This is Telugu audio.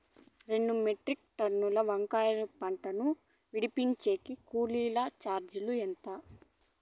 రెండు మెట్రిక్ టన్నుల వంకాయల పంట ను విడిపించేకి కూలీ చార్జీలు ఎంత?